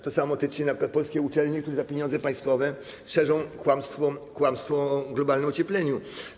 To samo tyczy się np. polskich uczelni, które za pieniądze państwowe szerzą kłamstwo o globalnym ociepleniu.